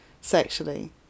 sexually